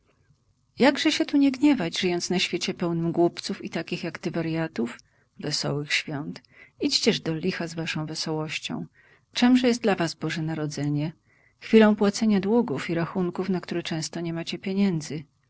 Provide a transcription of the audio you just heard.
jakże się tu nie gniewać żyjąc na świecie pełnym głupców i takich jak ty warjatów wesołych świąt idźcież do licha z waszą wesołością czemże jest dla was boże narodzenie chwilą płacenia długów i rachunków na które często nie macie pieniędzy